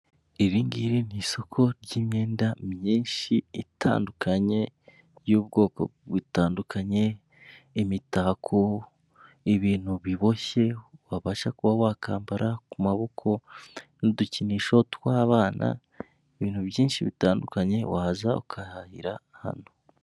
Iringiri ni isoko ry'imyenda myinshi itandukanye by'ubwoko butandukanye imitako ,ibintu biboshye wabasha kuba wakambara ku maboko n'udukinisho tw'abana ibintu byinshi bitandukanye waza ugahahira hano .